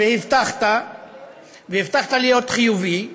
והבטחת והבטחת, להיות חיובי.